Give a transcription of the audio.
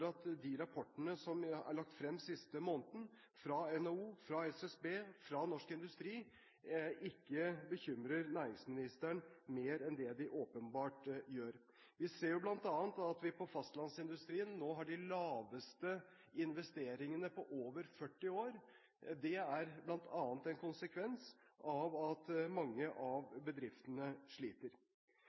at de rapportene som er lagt frem den siste måneden, fra NHO, fra SSB og fra norsk industri, ikke bekymrer næringsministeren mer enn det de åpenbart gjør. Vi ser bl.a. at fastlandsindustrien nå har de laveste investeringene på over 40 år. Det er bl.a. en konsekvens av at mange av bedriftene sliter.